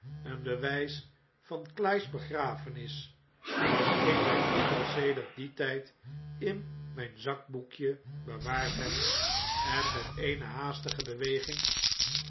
een bewjjs van cly's begrafenis dat ik bj toeval sedert dien tijd in mijn zakboekje bewaard heb en met eene haastige beweging